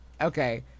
Okay